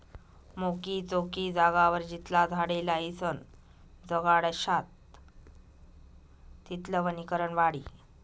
मोकयी चोकयी जागावर जितला झाडे लायीसन जगाडश्यात तितलं वनीकरण वाढी